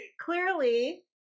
clearly